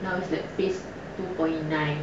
fifth